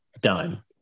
Done